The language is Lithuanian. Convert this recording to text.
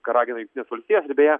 ką ragina jungtinės valstijos ką beje